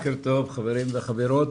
בוקר טוב, חברים וחברות,